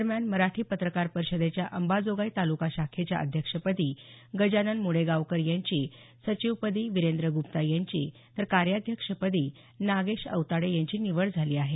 दरम्यान मराठी पत्रकार परिषदेच्या अंबाजोगाई तालुका शाखेच्या अध्यक्षपदी गजानन मुडेगावकर यांची सचिवपदी विरेंद्र गुप्ता यांची तर कार्याध्यक्षपदी नागेश औताडे यांची निवड झाली आहे